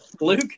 Luke